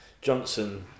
Johnson